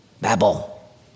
Babel